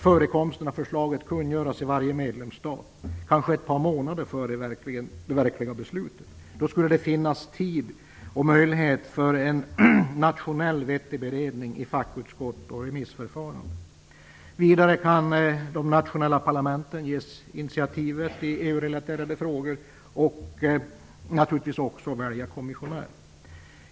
Förekomsten av ett förslag borde också kungöras i varje medlemsstat, kanske ett par månader före det verkliga beslutet. Då skulle det finnas tid och möjlighet till en vettig nationell beredning i fackutskott och för ett remissförfarande. Vidare kan de nationella parlamenten ges initiativet i EU relaterade frågor och naturligtvis också när det gäller att välja kommissionärer.